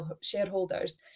shareholders